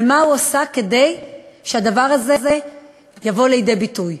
ומה הוא עשה כדי שהדבר הזה יבוא לידי ביטוי.